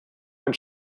ein